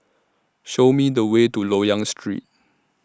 Show Me The Way to Loyang Street